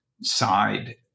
side